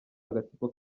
agatsiko